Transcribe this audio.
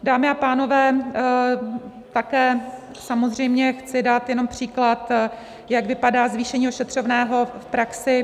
Dámy a pánové, také samozřejmě chci dát jenom příklad, jak vypadá zvýšení ošetřovného v praxi.